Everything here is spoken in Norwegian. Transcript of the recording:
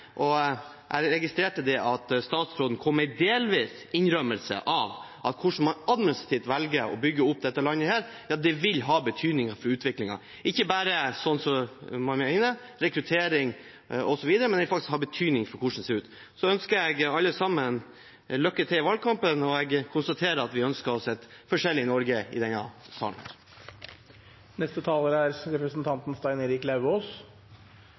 landet. Jeg registrerte at statsråden kom med en delvis innrømmelse av at hvordan man administrativt velger å bygge opp dette landet, vil ha betydning for utviklingen, ikke bare for rekruttering osv., men også for hvordan det ser ut. Så ønsker jeg alle sammen lykke til i valgkampen. Jeg konstaterer at vi i denne salen ønsker oss et forskjellig Norge. Stein Erik Lauvås